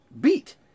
beat